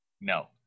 No